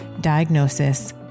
diagnosis